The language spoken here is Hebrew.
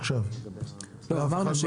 אמרנו,